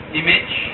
image